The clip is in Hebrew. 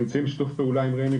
נמצאים בשיתוף פעולה עם רמ"י,